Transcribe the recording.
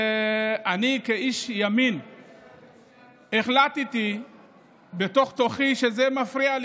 כשאני כאיש ימין החלטתי בתוך-תוכי שזה מפריע לי,